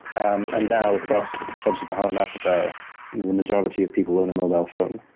um and now cost sub-saharan africa the majority of people own a mobile phone.